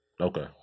Okay